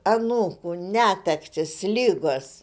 anūkų netektys ligos